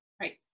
Right